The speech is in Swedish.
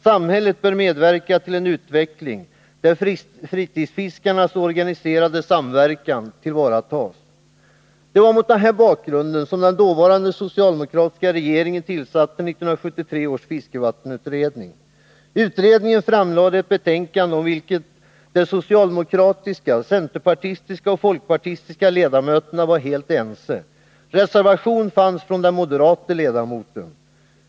Samhället bör medverka till en utveckling där fritidsfiskarnas organiserade samverkan tillvaratas. Det var mot den här bakgrunden som den dåvarande socialdemokratiska regeringen tillsatte 1973 års fiskevattensutredning. Utredningen framlade ett betänkande om vilket de socialdemokratiska, centerpartistiska och folkpartistiska ledamöterna var helt ense. En reservation fanns från den moderate ledamoten.